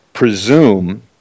presume